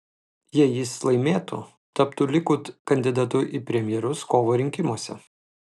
jei jis laimėtų taptų likud kandidatu į premjerus kovo rinkimuose